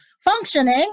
functioning